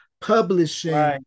publishing